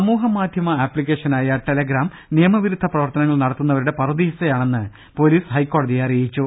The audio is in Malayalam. സമൂഹമാധ്യമ ആപ്തിക്കേഷനായ ടെലഗ്രാം നിയമവിരുദ്ധ പ്രവർത്തനങ്ങൾ നടത്തുന്നവരുടെ പറുദീസയാണെന്ന് പൊലീസ് ഹൈക്കോടതിയെ അറിയിച്ചു